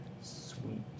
Sweet